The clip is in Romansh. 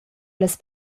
las